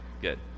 good